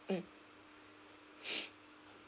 mm